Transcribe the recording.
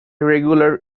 regular